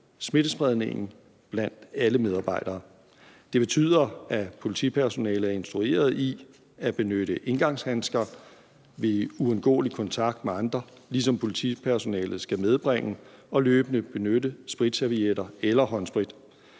smittespredningen blandt alle medarbejdere. Det betyder, at politipersonalet er instrueret i at benytte engangshandsker ved uundgåelig kontakt med andre, ligesom politipersonalet skal medbringe og løbende benytte spritservietter eller håndsprit.